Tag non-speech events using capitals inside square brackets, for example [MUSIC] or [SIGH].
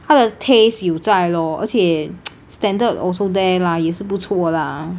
how 的 taste 有在 lor 而且 [NOISE] standard also there lah 也是不错 lah